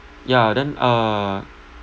ya then uh